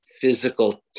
physical